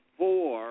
four